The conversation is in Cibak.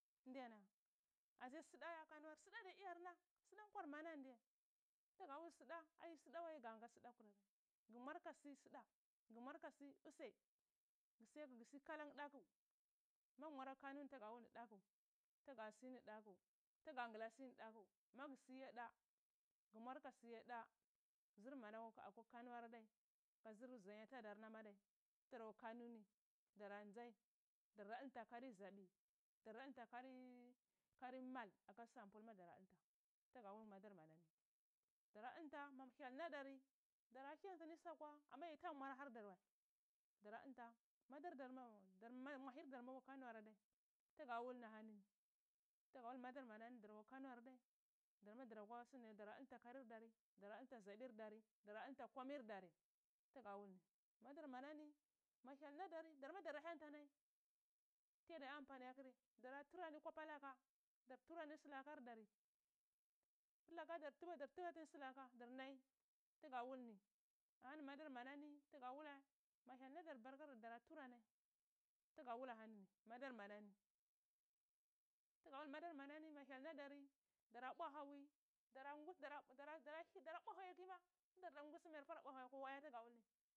Ndge na ase sda ya kano ar sda diya iyar na ada nkwar mana ndya tgawul sdawal gang a sdakurni gmwar kasi sta gmwar kasi wai gsiya gsi kalan daku mag mwaranta kano tga wul ni daku tga sini daku tga ngla sini daku magsiye da gmwar kasiye da zr mana akwa kano ar a dai kazr zanya tadarna ma adai tdarakwa kano ni dara nzai dar da dlnta karir zabi darda dlnta kari kari mal aka sampul ma dara dlnta tgawul madar mana ni dara dlnta ma hyal zadari dara hyantali suakwa amma yi taba mwarahar dar wa dara dlnta madar darma dar-mwahir dar akwa kano ar adai tgawulni ahani ni tgawul madar mana ni darakwa kano ardi dar ma ara kwa sinir dar dara dlnta karir dare dara dlnta zabir dari dara dlnta komir dari tga wul ni madar mangni ma hyal naduri dara hyanta nai tiyadi zya amfani akri dara turani kwapa laka dar turani slakar dari vr laka dar tura turali slake dar nai tga wul ni ahani madar mana ni tga walae ma hyal nadir barker dara tura nai tga wul ahani ni madar mana zi tga wul ma dar manani ma hyal na dari yara bwa hawi dara bwa hawi akiyi ma tdar da ngusi mayara bwa hawi akwa waya tga wulni.